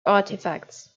artifacts